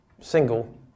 single